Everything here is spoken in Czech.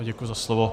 Děkuji za slovo.